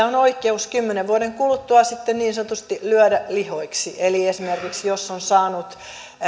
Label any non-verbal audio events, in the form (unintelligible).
(unintelligible) on oikeus kymmenen vuoden kuluttua niin sanotusti lyödä lihoiksi eli esimerkiksi jos on saanut